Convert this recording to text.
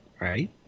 right